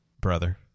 brother